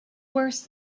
worse